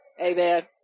amen